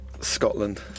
Scotland